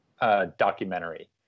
documentary